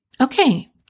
Okay